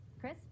Chris